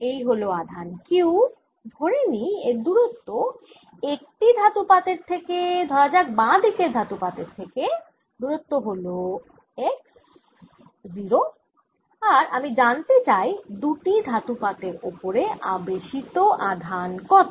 এই হল আধান Q ধরে নিই এর দূরত্ব একটি ধাতুপাতের থেকে ধরা যাক বাঁ দিকের ধাতু পাতের থেকে দূরত্ব হল x 0 আর আমি জানতে চাই দুটি ধাতুপাতের ওপরে আবেশিত আধান কত